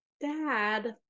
dad